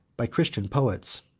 by christian poets.